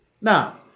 Now